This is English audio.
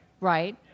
Right